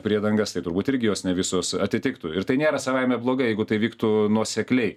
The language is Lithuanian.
priedangas tai turbūt irgi jos ne visos atitiktų ir tai nėra savaime blogai jeigu tai vyktų nuosekliai